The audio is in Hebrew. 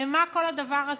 למה כל הדבר הזה?